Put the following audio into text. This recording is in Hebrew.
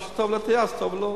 מה שטוב לטייס, טוב לו.